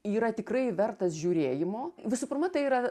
yra tikrai vertas žiūrėjimo visų pirma tai yra